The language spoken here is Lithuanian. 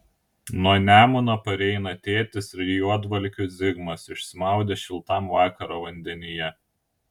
nuo nemuno pareina tėtis ir juodvalkių zigmas išsimaudę šiltam vakaro vandenyje